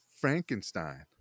Frankenstein